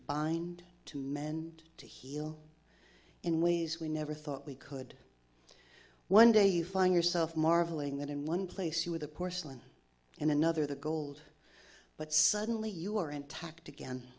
mend to heal in ways we never thought we could one day you find yourself marveling that in one place you were the porcelain in another the gold but suddenly you are intact again